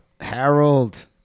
Harold